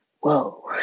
whoa